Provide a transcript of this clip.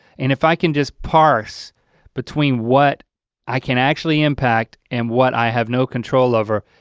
and if i can just parse between what i can actually impact, and what i have no control over,